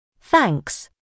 Thanks